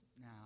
now